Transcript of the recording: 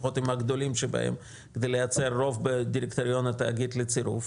לפחות עם הגדולים שבהם ולייצר רוב בדירקטוריון התאגיד לצירוף,